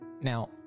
now